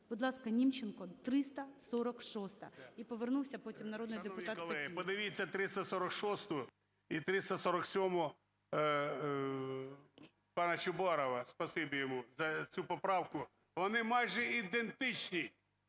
Будь ласка, Німченко, 346-а. І повернувся, потім – народний депутат Папієв.